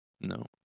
No